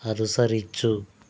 అనుసరించు